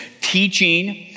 teaching